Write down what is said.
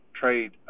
trade